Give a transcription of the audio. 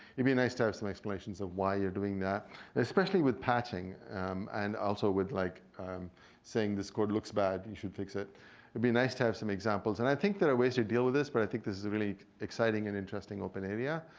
be nice to have some explanations of why you're doing that especially with patching and also with like saying this code looks bad, you should fix. it would be nice to have some examples. and i think there are ways to deal with this but i think this is really exciting and interesting open area.